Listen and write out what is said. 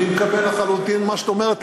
אני מקבל לחלוטין את מה שאת אומרת,